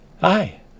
Hi